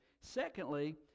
Secondly